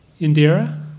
Indira